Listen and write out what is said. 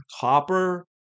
copper